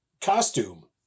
costume